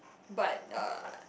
but uh